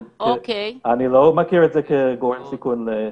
אני לא מכיר את זה כגורם סיכון להידבקות.